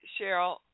cheryl